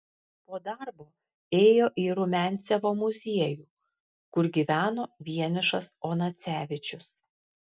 po darbo ėjo į rumiancevo muziejų kur gyveno vienišas onacevičius